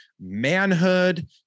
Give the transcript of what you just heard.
manhood